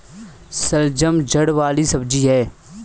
शलजम जड़ वाली सब्जी है